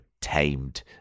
tamed